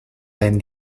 then